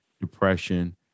depression